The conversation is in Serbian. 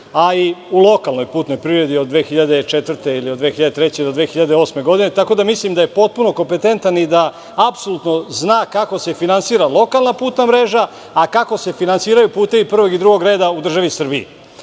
a i u lokalnoj putnoj privredi od 2003. do 2008. godine. Tako da mislim da je potpuno kompetentan i da apsolutno zna kako se finansira lokalna putna mreža a kako se finansiraju putevi prvog i drugo reda u državi Srbiji.